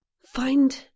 find